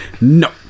No